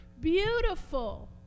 beautiful